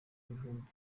ibihumbi